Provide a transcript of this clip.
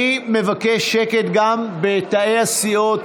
אני מבקש שקט גם בתאי הסיעות,